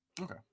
okay